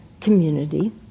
community